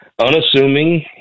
unassuming